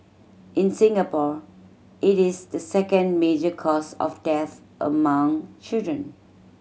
in Singapore it is the second major cause of death among children